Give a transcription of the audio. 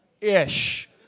Ish